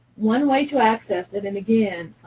one way to access it, and, again,